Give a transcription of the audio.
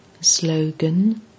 Slogan